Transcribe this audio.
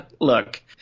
Look